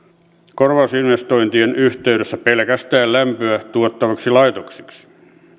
korvausinvestointien yhteydessä pelkästään lämpöä tuottaviksi laitoksiksi